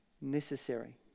necessary